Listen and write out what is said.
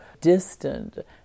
distant